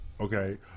okay